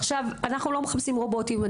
עכשיו, אנחנו לא מחפשים רובוטים.